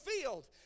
field